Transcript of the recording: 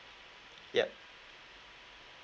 yup